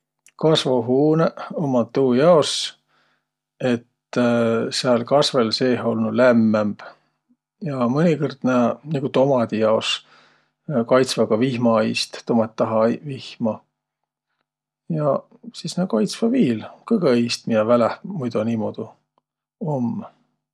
Kasvohuunõq ummaq tuujaos, et sääl kasvõl seeh olnuq lämmämb. Ja mõnikõrd nä, nigu tomadi jaos, kaitsvaq ka vihma iist. Tomat taha-ai vihma. Ja sis nä kaitsvaq viil kõgõ iist, miä väläh muido niimuudu om.